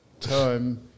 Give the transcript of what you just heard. time